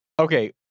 Okay